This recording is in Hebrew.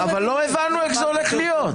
אבל לא הבנו איך זה הולך להיות.